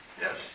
Yes